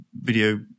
video